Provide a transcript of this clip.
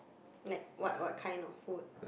like what what kind of food